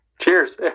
Cheers